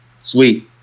Sweet